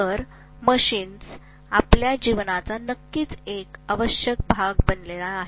तर मशीन्स आपल्या जीवनाचा नक्कीच एक आवश्यक भाग बनली आहेत